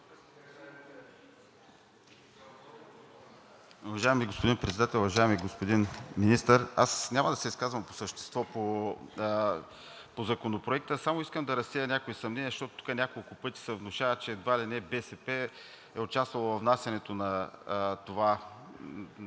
Уважаеми господин Председател, уважаеми господин Министър! Аз няма да се изказвам по същество по Законопроекта, а само искам да разсея някои съмнения, защото тук няколко пъти се внушава, че едва ли не БСП е участвала във внасянето на това